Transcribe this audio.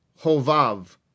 Hovav